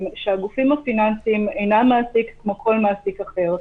שהגופים הפיננסיים אינם מעסיק כמו כל מעסיק אחר.